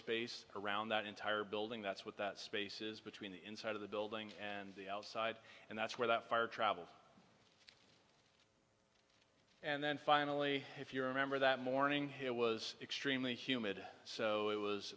space around that entire building that's what that spaces between the inside of the building and the outside and that's where that fire traveled and then finally if you remember that morning it was extremely humid so it was